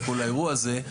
לכל האירוע הזה,